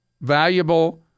valuable